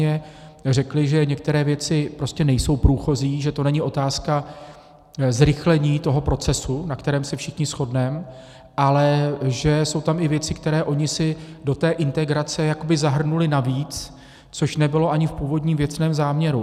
My jsme jim jasně řekli, že některé věci prostě nejsou průchozí, že to není otázka zrychlení procesu, na kterém se všichni shodneme, ale že jsou tam i věci, které oni si do té integrace jakoby zahrnuli navíc, což nebylo ani v původním věcném záměru.